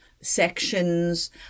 sections